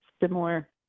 similar